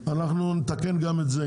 אם צריך אנחנו נתקן גם את זה.